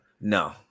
No